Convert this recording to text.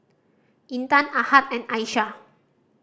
Intan Ahad and Aisyah